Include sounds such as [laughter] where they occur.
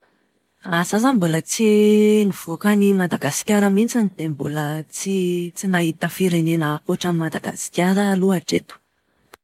Izaho izany mnbola tsy [hesitation] nivoaka an'i Madagasikara mihitsy dia mbola tsy nahita firenena ankoatran'i Madagasikara aho aloha hatreto.